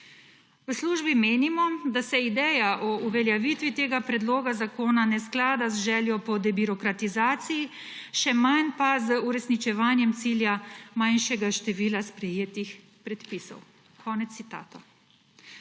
»v službi menimo, da se ideja o uveljavitvi tega predloga zakona ne sklada z željo po debirokratizaciji, še manj pa z uresničevanjem cilja manjšega števila sprejetih predpisov«. Na